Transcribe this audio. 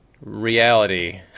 reality